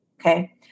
Okay